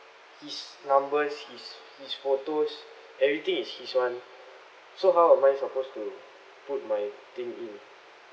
his numbers his his photos everything is his [one] so how am I supposed to put my thing in